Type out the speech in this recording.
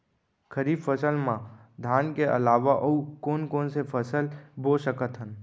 खरीफ फसल मा धान के अलावा अऊ कोन कोन से फसल बो सकत हन?